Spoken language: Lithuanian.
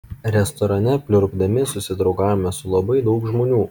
restorane pliurpdami susidraugavome su labai daug žmonių